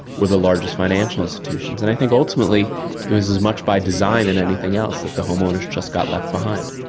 were the largest financial institutions. and i think ultimately it was as much by design as and anything else that the homeowners just got left behind.